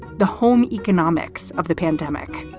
the home economics of the pandemic,